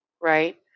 right